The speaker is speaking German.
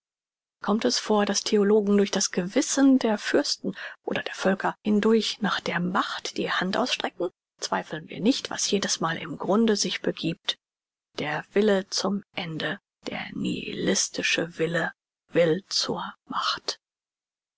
kommt es vor daß theologen durch das gewissen der fürsten oder der völker hindurch nach der macht die hand ausstrecken zweifeln wir nicht was jedesmal im grunde sich begiebt der wille zum ende der nihilistische wille will zur macht